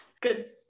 Good